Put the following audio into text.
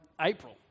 April